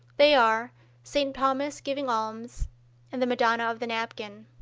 they are st. thomas giving alms and the madonna of the napkin.